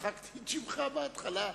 מחקתי את שמך בהתחלה,